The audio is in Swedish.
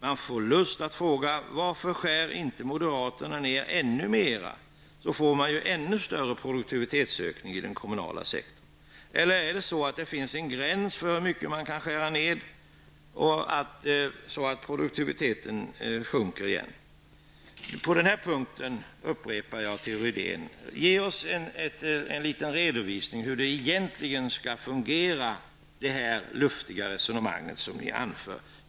Man får lust att fråga: Varför skär moderaterna inte ner ännu mer så att man får en ännu större produktivitetsökning i den kommunala sektorn, eller finns det en gräns för hur mycket man kan skära ned innan produktiviteten sjunker? På denna punkt upprepar jag till Rune Rydén: Ge oss en liten redovisning av hur det som ni framför i era luftiga resonemang egentligen skall fungera.